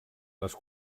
les